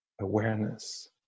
awareness